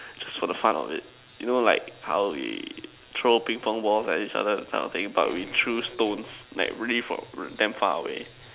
just for the fun of it you know like how we throw Ping pong balls at each other that kind of thing but we threw stones but really from damn far away